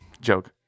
Joke